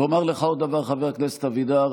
ואומר לך עוד דבר, חבר הכנסת אבידר: